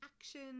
action